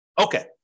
Okay